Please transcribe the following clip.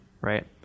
Right